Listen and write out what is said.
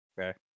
Okay